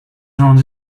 around